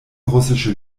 russische